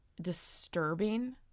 disturbing